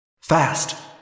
Fast